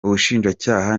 ubushinjacyaha